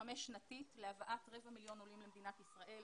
חמש-שנתית להבאת רבע מיליון עולים למדינת ישראל.